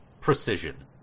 precision